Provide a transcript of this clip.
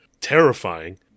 terrifying